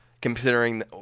considering